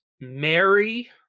Mary